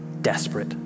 desperate